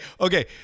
okay